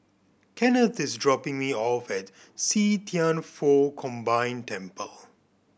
Kennth is dropping me off at See Thian Foh Combined Temple